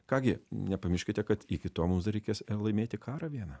ką gi nepamirškite kad iki to mums dar reikės laimėti karą vieną